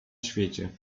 świecie